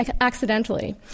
accidentally